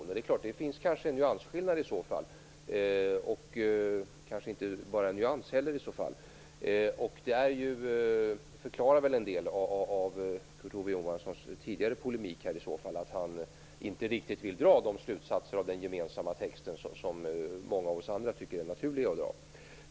I så fall kanske det finns en nyansskillnad och kanske inte bara en skillnad i nyans. Det förklarar i så fall en del av Kurt Ove Johanssons tidigare polemik, att han inte riktigt vill dra de slutsatser av den gemensamma texten som många av oss andra tycker är naturligt.